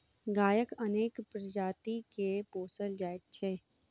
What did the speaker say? गायक अनेक प्रजाति के पोसल जाइत छै